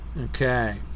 Okay